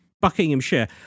Buckinghamshire